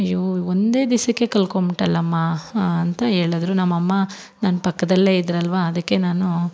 ಅಯ್ಯೋ ಒಂದೇ ದಿಸಕ್ಕೆ ಕಲ್ಕೋಬಿಟ್ಟಲ್ಲಮ್ಮ ಅಂತ ಹೇಳದ್ರು ನಮ್ಮಅಮ್ಮ ನನ್ನ ಪಕ್ಕದಲ್ಲೇ ಇದ್ದರಲ್ವಾ ಅದಕ್ಕೆ ನಾನು